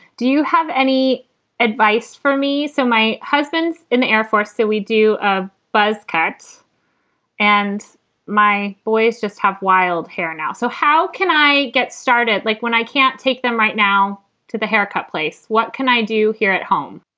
do you have any advice for me? so my husband's in the air force that we do ah buzzcut and my boys just have wild hair now. so how can i get started like when i can't take them right now to the haircut place? what can i do here at home?